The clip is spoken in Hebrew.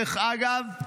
דרך אגב,